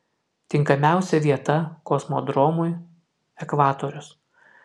tinkamiausia vieta kosmodromui ekvatorius